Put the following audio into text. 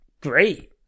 Great